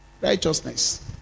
Righteousness